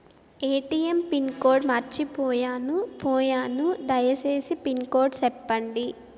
ATM pin code మర్చిపోయాను పోయాను దయసేసి పిన్ కోడ్ సెప్పండి?